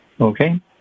okay